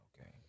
Okay